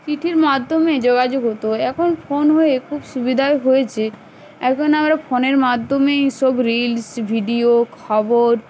চিঠির মাধ্যমে যোগাযোগ হতো এখন ফোন হয়ে খুব সুবিধাই হয়েছে এখন আমরা ফোনের মাধ্যমেই সব রিলস ভিডিও খবর